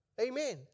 Amen